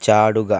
ചാടുക